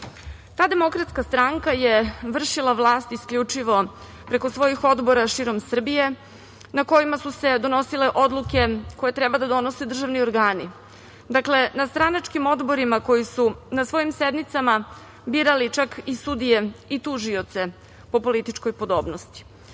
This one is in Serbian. Srbije. Demokratska stranka je vršila vlast isključivo preko svojih odbora širom Srbije, na kojima su se donosile odluke koje treba da donose državni organi. Dakle, na stranačkim odborima koji su na svojim sednicama birali čak i sudije i tužioce po političkoj podobnosti.